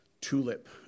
tulip